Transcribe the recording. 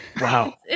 wow